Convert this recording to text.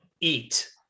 eat